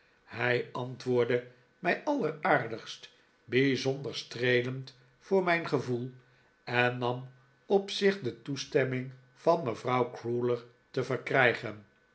hij antwoordde mij alleraardigst bijzonder streelend voor mijn gevoel en nam op zich de toestemming van mevrouw crewler te verkrijgen